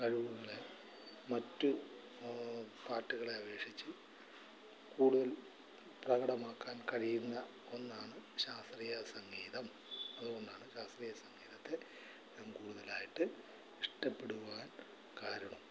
കഴിവുകളെ മറ്റ് പാട്ടുകളെ അപേക്ഷിച്ച് കൂടുതൽ പ്രകടമാക്കാൻ കഴിയുന്ന ഒന്നാണ് ശാസ്ത്രീയ സംഗീതം അതുകൊണ്ടാണ് ശാസ്ത്രീയ സംഗീതത്തെ ഞാന് കൂടുതലായിട്ട് ഇഷ്ടപ്പെടുവാൻ കാരണം